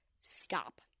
stop